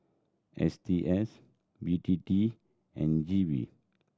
S T S B T T and G V